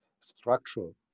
structural